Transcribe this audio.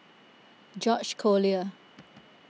George Collyer